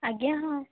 ଆଜ୍ଞା ହଁ